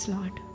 Lord